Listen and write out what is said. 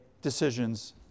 decisions